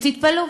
ותתפלאו.